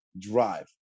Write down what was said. drive